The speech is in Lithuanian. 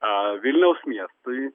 a vilniaus miestui